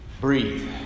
Breathe